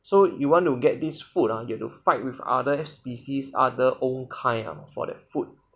so you want to get this food ah you have to fight with other species other own kind ah for the food